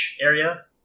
area